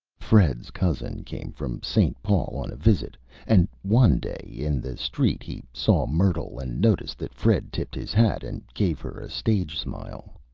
fred's cousin came from st. paul on a visit and one day, in the street, he saw myrtle, and noticed that fred tipped his hat, and gave her a stage smile.